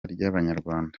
ry’abanyarwanda